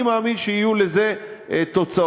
אני מאמין שיהיו לזה תוצאות.